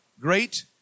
great